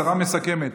השרה מסכמת.